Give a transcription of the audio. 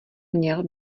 měl